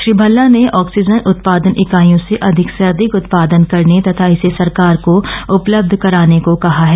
श्री भल्ला ने ऑक्सीजन उत्पादन इकाइयों से अधिक से अधिक उत्पादन करने तथा इसे सरकार को उपलब्ध कराने को कहा है